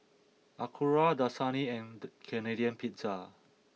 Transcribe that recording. Acura Dasani and Canadian Pizza